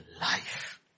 life